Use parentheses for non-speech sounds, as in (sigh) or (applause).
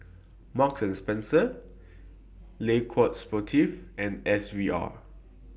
Marks and Spencer Le Coq Sportif and S V R (noise)